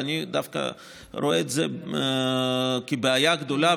ואני דווקא רואה את זה כבעיה הגדולה.